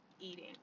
eating